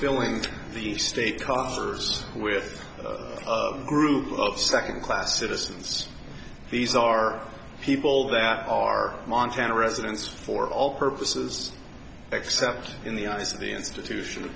filling the state coffers with a group of second class citizens these are people that are montana residents for all purposes except in the eyes of the institution